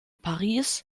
paris